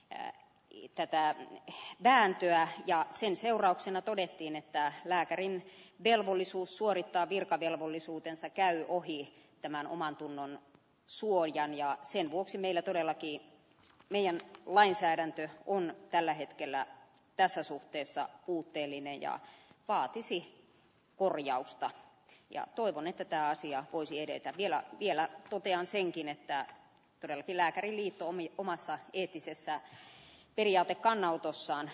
tähän liitetään jos vääntyä ja sen seurauksena todettiin että lääkärin velvollisuus suorittaa virkavelvollisuutensa käy ohi tämän omantunnon suojan ja sen vuoksi meillä todellakin niin lainsäädäntö on tällä hetkellä tässä suhteessa puutteellinen ja vaatisi korjausta ja toivoneet että asia voisi edetä vielä vielä totean senkin että he todellakin lääkäriliitto omii omassa eettisessä periaatekannanotossaan